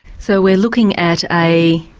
so we're looking at a.